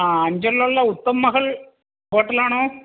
ആ അഞ്ചലിലുള്ള ഉത്തം മഹൽ ഹോട്ടൽ ആണോ